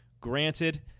Granted